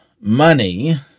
money